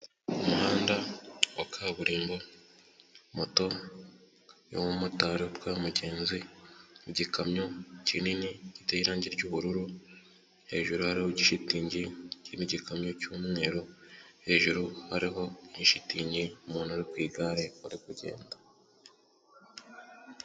Umuhanda wa kaburimbo, moto y'umumotari twaye umugenzi, igikamyo kinini giteye irange ry'ubururu hejuru ya igishitingi, ikindi gikamyo cyu'mweru hejuru hariho ishitingi, umuntu uri ku igare uari kugenda.